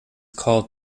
called